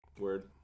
Word